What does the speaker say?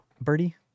birdie